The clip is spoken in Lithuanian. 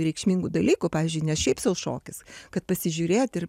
reikšmingų dalykų pavyzdžiui ne šiaip sau šokis kad pasižiūrėt ir